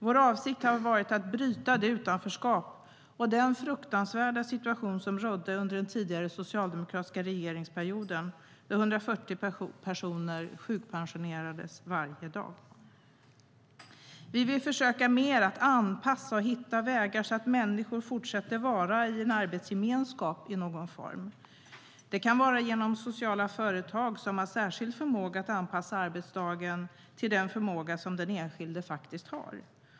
Vår avsikt har varit att bryta det utanförskap och den fruktansvärda situation som rådde under den tidigare socialdemokratiska regeringsperioden, då 140 personer sjukpensionerades varje dag. Vi vill försöka mer att anpassa och hitta vägar så att människor fortsätter att vara i en arbetsgemenskap i någon form. Det kan vara genom sociala företag som har särskild förmåga att anpassa arbetsdagen till den förmåga som den enskilde faktiskt har.